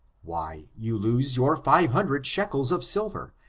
why, you lose your five hundred shekels of silver,